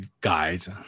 guys